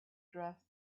dress